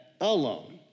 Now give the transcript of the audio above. alone